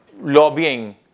lobbying